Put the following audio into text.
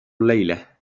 الليلة